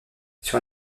sur